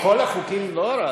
הוראה שעה.